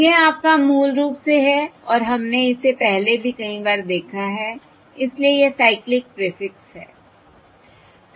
तो यह आपका मूल रूप से है और हमने इसे पहले भी कई बार देखा है इसलिए यह साइक्लिक प्रीफिक्स है